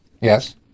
Yes